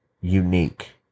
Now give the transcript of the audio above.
unique